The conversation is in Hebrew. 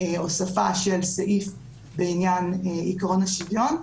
הוספה של סעיף בעניין עיקרון השוויון,